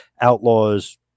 Outlaws